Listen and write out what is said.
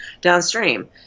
downstream